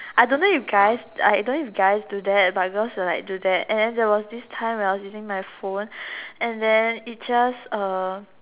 I don't know if guys I don't if guys do that but girls will like do that and then there was this time when I was using my phone and then it just uh